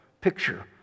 picture